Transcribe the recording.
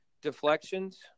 deflections